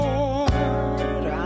Lord